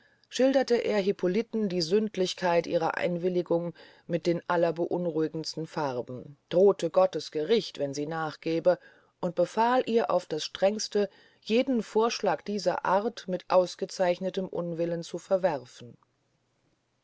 schilderte er hippoliten die sündlichkeit ihrer einwilligung mit den allerbeunruhigendsten farben drohte gottes gericht wenn sie nachgäbe und befahl ihr auf das strengste jeden vorschlag dieser art mit ausgezeichnetem unwillen zu verwerfen